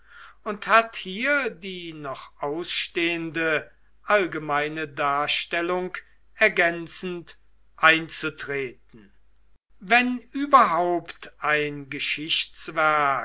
und hat hier die noch ausstehende allgemeine darstellung ergänzend einzutreten wenn überhaupt ein geschichtswerk